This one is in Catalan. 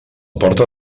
porta